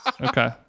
Okay